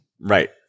Right